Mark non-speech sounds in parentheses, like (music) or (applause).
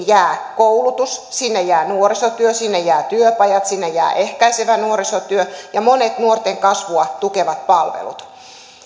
(unintelligible) jää koulutus sinne jää nuorisotyö sinne jäävät työpajat sinne jäävät ehkäisevä nuorisotyö ja monet nuorten kasvua tukevat palvelut